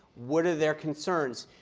what are their concerns?